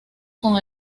con